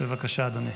בבקשה, אדוני.